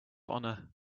honor